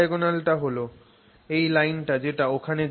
body diagonal টা হল এই লাইনটা যেটা ওখানে যায়